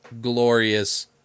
glorious